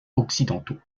occidentaux